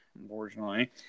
Unfortunately